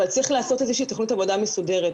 אבל צריך לעשות איזושהי תוכנית עבודה מסודרת.